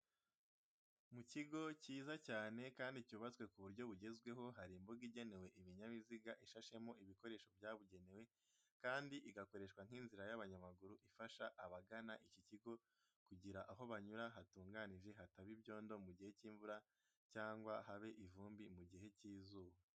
Mu kigo kiza cyane kandi cyubatswe ku buryo bugezweho, hari imbuga igenewe ibinyabiziga, ishashemo ibikoresho byabugenewe kandi igakoreshwa nk'inzira y'abanyamaguru ifasha abagana iki kigo kugira aho banyura hatungajije hataba ibyondo mu gihe cy'imvura cyangwa ngo habe ivumbi mu gihe cy'izuba.